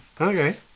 Okay